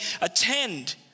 attend